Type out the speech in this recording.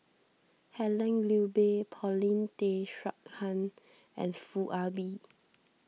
Helen Gilbey Paulin Tay Straughan and Foo Ah Bee